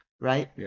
right